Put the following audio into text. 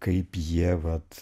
kaip jie vat